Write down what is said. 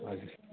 हजुर